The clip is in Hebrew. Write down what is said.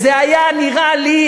זה נראה לי,